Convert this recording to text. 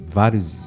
vários